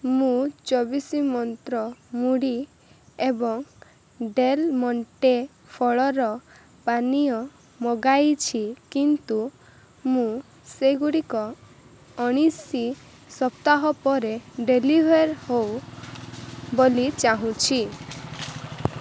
ମୁଁ ଚବିଶି ମନ୍ତ୍ର ମୁଢ଼ି ଏବଂ ଡେଲମଣ୍ଟେ ଫଳର ପାନୀୟ ମଗାଇଛି କିନ୍ତୁ ମୁଁ ସେଗୁଡ଼ିକ ଉଣେଇଶ ସପ୍ତାହ ପରେ ଡେଲିଭର୍ ହେଉ ବୋଲି ଚାହୁଁଛି